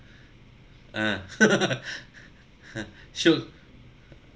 ah ha shiok